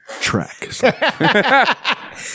Track